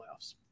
playoffs